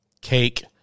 cake